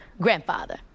grandfather